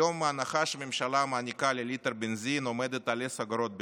היום ההנחה שהממשלה מעניקה לליטר בנזין עומדת על 10 אגורות בלבד,